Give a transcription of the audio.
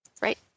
Right